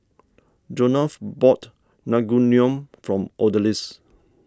Jonah bought Naengmyeon for Odalys